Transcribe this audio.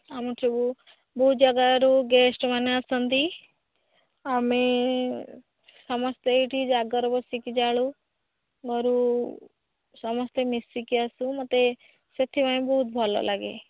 ଆମେ ସବୁ ବହୁତ ଜାଗାରୁ ଗେଷ୍ଟ ମାନେ ଆସନ୍ତି ଆମେ ସମସ୍ତେ ଏହିଠି ଜାଗର ବସିକି ଜାଳୁ ଘରୁ ସମସ୍ତେ ମିଶିକି ଆସୁ ମୋତେ ସେଥିପାଇଁ ବହୁତ ଭଲ ଲାଗେ